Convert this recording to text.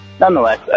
Nonetheless